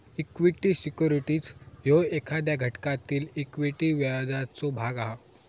equity securities ह्यो एखाद्या घटकातील इक्विटी व्याजाचो भाग हा